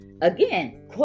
Again